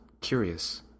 curious